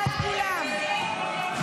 הסתייגות 185 לא נתקבלה.